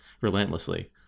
relentlessly